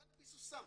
קנאביס הוא סם.